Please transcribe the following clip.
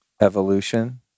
evolution